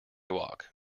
walk